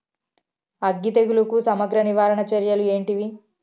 అగ్గి తెగులుకు సమగ్ర నివారణ చర్యలు ఏంటివి?